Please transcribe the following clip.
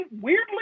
weirdly